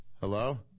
Hello